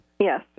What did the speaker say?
Yes